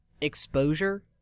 exposure